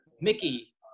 mickey